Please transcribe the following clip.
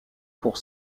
pour